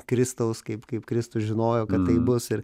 kristaus kaip kaip kristus žinojo kad taip bus ir